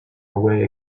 away